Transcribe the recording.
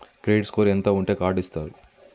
Credit score ఎంత ఉంటే card ఇస్తారు?